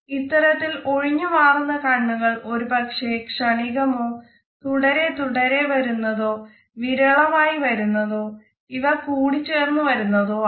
ഇത്തരത്തിൽ ഒഴിഞ്ഞു മാറുന്ന കണ്ണുകൾ ഒരു പക്ഷെ ക്ഷണികമോ തുടരെ തുടരെ വരുന്നതോ വിരളമായി വരുന്നതോ ഇവ കൂടിച്ചേർന്ന് വരുന്നതോ ആകാം